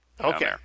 Okay